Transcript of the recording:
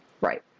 Right